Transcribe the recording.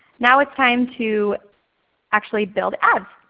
now it's time to actually build ads.